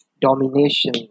domination